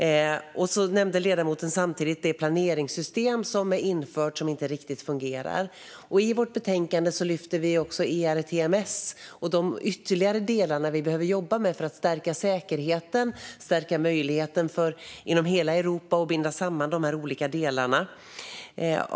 Samtidigt nämnde ledamoten planeringssystemet som är infört och som inte riktigt fungerar. I vårt betänkande lyfter vi också fram ERTMS och de ytterligare delar man behöver jobba med för att stärka säkerheten och möjligheterna inom hela Europa och binda samman de olika delarna.